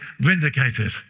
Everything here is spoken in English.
vindicated